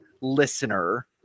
Listener